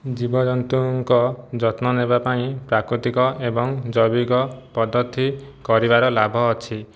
ଜୀବଜନ୍ତୁଙ୍କ ଯତ୍ନ ନେବାପାଇଁ ପ୍ରାକୃତିକ ଏବଂ ଜୈବିକ ପଦ୍ଧତି କରିବାର ଲାଭ ଅଛି